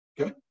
Okay